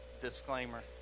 disclaimer